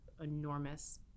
enormous